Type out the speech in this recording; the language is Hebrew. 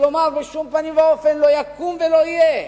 ולומר: בשום פנים ואופן, לא יקום ולא יהיה.